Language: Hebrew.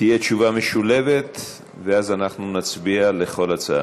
תהיה תשובה משולבת, ואז אנחנו נצביע על כל הצעה.